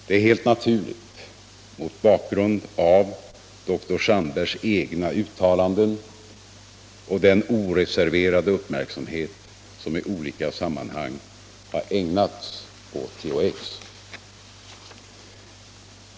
Det är helt naturligt mot bakgrund av dr Sandbergs egna uttalanden och den oreserverade uppmärksamhet som i olika sammanhang har ägnats åt THX.